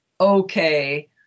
okay